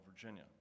Virginia